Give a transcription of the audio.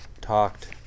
talked